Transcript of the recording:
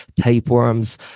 tapeworms